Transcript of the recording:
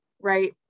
right